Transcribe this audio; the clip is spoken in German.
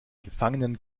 gefangenen